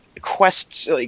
quests –